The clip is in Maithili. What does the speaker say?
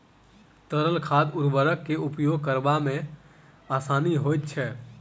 तरल खाद उर्वरक के उपयोग करबा मे आसानी होइत छै